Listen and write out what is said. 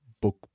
book